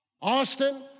Austin